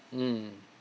mm